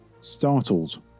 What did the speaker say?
startled